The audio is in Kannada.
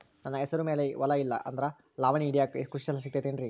ನನ್ನ ಹೆಸರು ಮ್ಯಾಲೆ ಹೊಲಾ ಇಲ್ಲ ಆದ್ರ ಲಾವಣಿ ಹಿಡಿಯಾಕ್ ಕೃಷಿ ಸಾಲಾ ಸಿಗತೈತಿ ಏನ್ರಿ?